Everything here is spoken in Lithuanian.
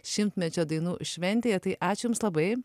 šimtmečio dainų šventėje tai ačiū jums labai